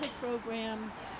programs